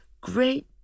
great